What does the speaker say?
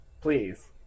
please